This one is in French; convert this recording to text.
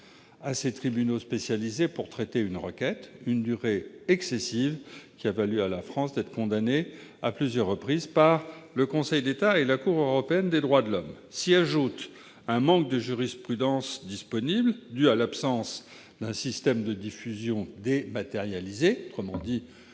à ces tribunaux spécialisés pour traiter une requête. C'est là une durée excessive, qui a valu à la France d'être condamnée à plusieurs reprises par le Conseil d'État et par la Cour européenne des droits de l'homme. En outre, on constate un manque de jurisprudence disponible, dû à l'absence d'un système de diffusion dématérialisée. En d'autres